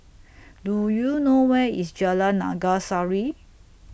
Do YOU know Where IS Jalan Naga Sari